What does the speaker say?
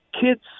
kids